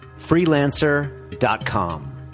freelancer.com